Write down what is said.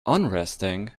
unresting